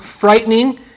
frightening